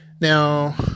Now